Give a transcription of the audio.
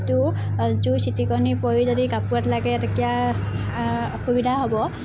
টো জুইৰ ছিটিকণি পৰি যদি কাপোঅৰত লাগে তেতিয়া অসুবিধা হ'ব